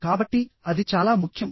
కాబట్టి అది చాలా ముఖ్యం